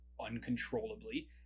uncontrollably